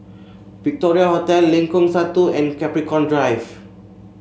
Victoria Hotel Lengkong Satu and Capricorn Drive